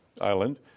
island